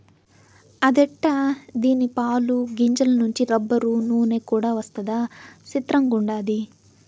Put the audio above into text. అదెట్టా దీని పాలు, గింజల నుంచి రబ్బరు, నూన కూడా వస్తదా సిత్రంగుండాది